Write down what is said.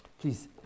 Please